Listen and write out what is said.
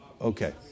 Okay